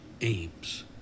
aims